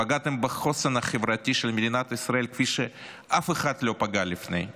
פגעתם בחוסן החברתי של מדינת ישראל כפי שאף אחד לא פגע לפני.